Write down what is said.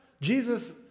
Jesus